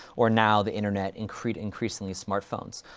or now, the internet, increa, increasingly, smartphones.